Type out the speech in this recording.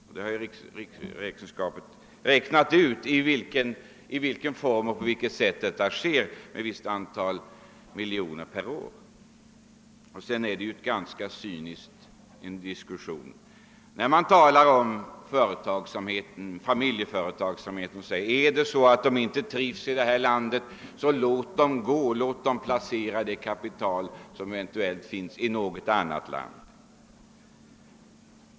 Riksrevisionsverket har ju räknat ut i vilken form och på vilket sätt detta sker, alltså med visst antal miljoner per år: Vidare vill jag säga att jag finner det vara ganska cyniskt, att man i en diskussion om familjeföretagsamheten säger: Är det så att företagarna inte trivs i detta land, så låt dem gå och låt dem placera det kapital som eventuellt finns i något annat land!